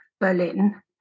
Berlin